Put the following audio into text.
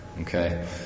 Okay